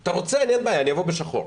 אני מוכן לבוא לעבוד בשחור".